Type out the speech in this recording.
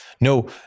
no